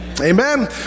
Amen